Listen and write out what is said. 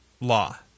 law